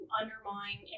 undermine